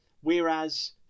Whereas